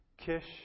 Kish